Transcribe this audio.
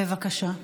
בבקשה.